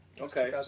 Okay